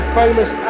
famous